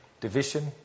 Division